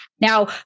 Now